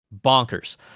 Bonkers